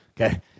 Okay